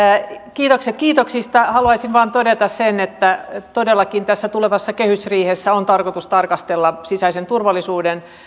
kiitoksia kiitoksista haluaisin vain todeta sen että todellakin tässä tulevassa kehysriihessä on tarkoitus tarkastella sisäisen turvallisuuden